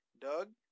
Doug